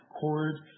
cord